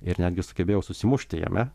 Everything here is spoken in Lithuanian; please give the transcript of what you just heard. ir netgi sugebėjau susimušti jame